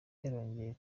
yarongeye